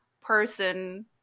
person